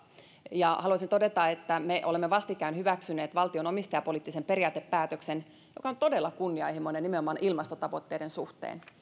ja haluaisin todeta että me olemme vastikään hyväksyneet valtion omistajapoliittisen periaatepäätöksen joka on todella kunnianhimoinen nimenomaan ilmastotavoitteiden suhteen